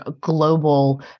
global